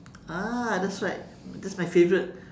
ah that's right that's my favourite